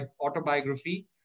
autobiography